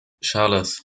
charles